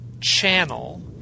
channel